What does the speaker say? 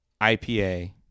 IPA